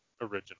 original